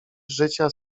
życia